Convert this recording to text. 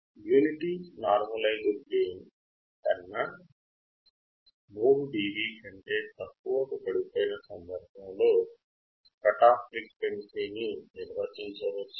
unity normalised gain కన్నా 3 dB కంటే తక్కువకు పడిపోయిన సందర్భములో పౌనఃపున్యం నిర్వచించవచ్చా